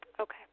Okay